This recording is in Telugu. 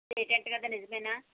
ఏజెంట్ కదా నిజమేనా